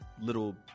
little